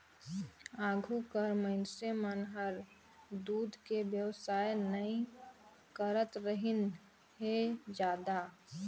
आघु कर मइनसे मन हर दूद के बेवसाय नई करतरहिन हें जादा